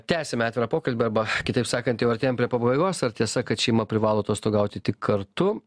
tęsiame atvirą pokalbį arba kitaip sakant jau artėjam prie pabaigos ar tiesa kad šeima privalo atostogauti tik kartu